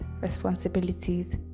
responsibilities